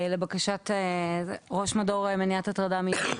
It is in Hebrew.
אני ראש מדור מניעת הטרדה מינית.